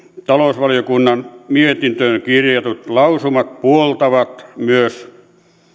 talousvaliokunnan mietintöön kirjatut lausumat puoltavat myös